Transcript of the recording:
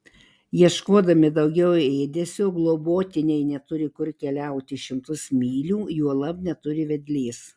ieškodami daugiau ėdesio globotiniai neturi kur keliauti šimtus mylių juolab neturi vedlės